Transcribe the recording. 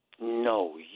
no